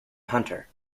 hunter